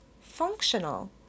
functional